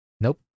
Nope